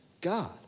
God